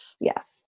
Yes